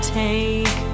take